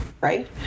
right